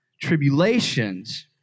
tribulations